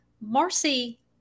marcy